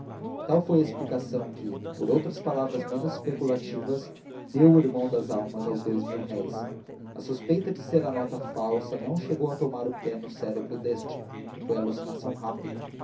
tal foi a explicação que por outras palavras menos especulativas deu o irmão das almas aos dous mil-réis a suspeita de ser a nota falsa não chegou a tomar pé no cérebro deste foi alucinação rápida